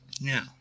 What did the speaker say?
Now